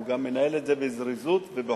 הוא גם מנהל את זה בזריזות ובחוכמה.